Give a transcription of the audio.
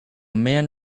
man